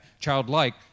Childlike